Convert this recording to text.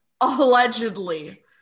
Allegedly